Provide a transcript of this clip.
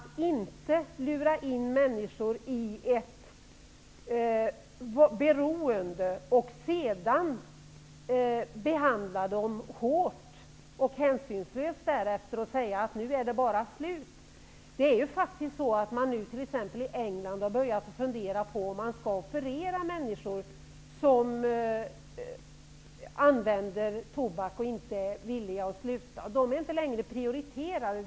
Man skall inte lura in människor i ett beroende och därefter behandla dem hårt och hänsynslöst och bara säga att nu är det slut. Man har faktiskt i England börjat fundera på om man skall operera människor som använder tobak och inte är villiga att sluta. De är inte längre prioriterade.